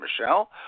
Michelle